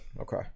okay